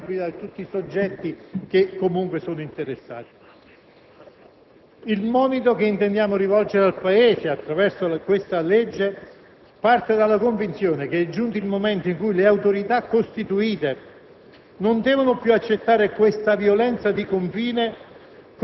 per il calcio per fare assumere le responsabilità a tutti i soggetti che comunque sono interessati. Il monito che intendiamo rivolgere al Paese attraverso questa legge parte dalla convinzione che è giunto il momento in cui le autorità costituite